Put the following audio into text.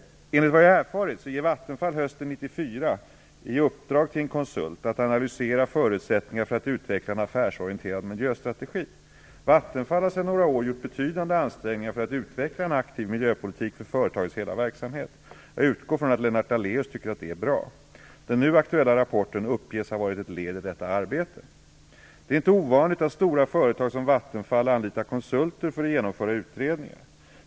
Enligt vad jag erfarit, gav Vattenfall hösten 1994 i uppdrag till en konsult att analysera förutsättningar för att utveckla en affärsorienterad miljöstrategi. Vattenfall har sedan några år gjort betydande ansträngningar för att utveckla en aktiv miljöpolitik för företagets hela verksamhet. Jag utgår från att Lennart Daléus tycker att det är bra. Den nu aktuella rapporten uppges ha varit ett led i detta arbete. Det är inte ovanligt att stora företag som Vattenfall anlitar konsulter för att genomföra utredningar.